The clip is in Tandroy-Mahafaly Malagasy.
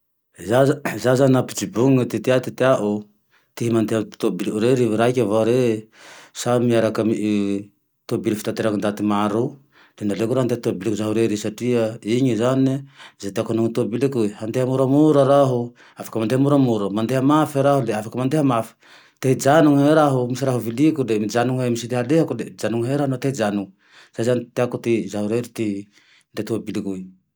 Zaho, zaho zane laha nampijobonine ty tea ty teako ty mandeha ty toamabily re arivoraiky vao re sa miaraky toamabily fitantera e ndaty maro, de aleoko raha mandeha toamabily rery satria iny zane e ze teako hanoa tomabiliko, mandeha moramora raho afake mandeha moramora, mandeha mafy raho afay mandeha mafy, te hijanone raho misy raha ho vilikole mijanone he, misy halehako le mijanony he raho naho te hijanony, zay zane ty teako ty zaho rery ty handeha tomabiliko io